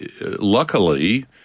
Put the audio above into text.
luckily